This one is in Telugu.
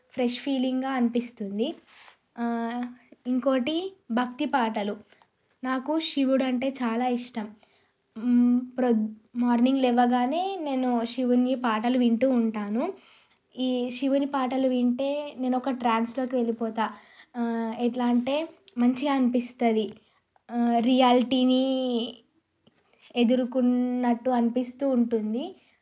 ఫ్రెష్ ఫీలింగ్గా అనిపిస్తుంది ఇంకొకటి భక్తి పాటలు నాకు శివుడు అంటే చాలా ఇష్టం మార్నింగ్ లేవగానే నేను శివుని పాటలు వింటు ఉంటాను ఈ శివుని పాటలు వింటే నేను ఒక ట్రాన్స్లోకి వెళ్ళిపోతాను ఎట్లా అంటే మంచిగా అనిపిస్తుంది రియాల్టీని ఎదుర్కొన్నట్టు అనిపిస్తు ఉంటుంది